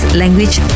language